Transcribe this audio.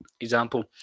example